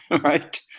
Right